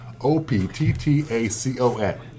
O-P-T-T-A-C-O-N